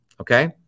okay